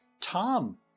Tom